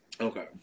Okay